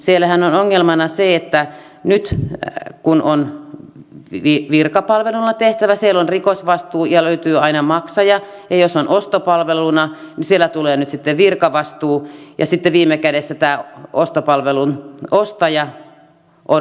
siellähän on ongelmana se että nyt kun on virkapalveluna tehtävä siellä on rikosvastuu ja löytyy aina maksaja ja jos on ostopalveluna niin siellä tulee nyt sitten virkavastuu ja sitten viime kädessä tämä ostopalvelun ostaja on vahingonkorvausvelvollinen